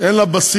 אין לה בסיס.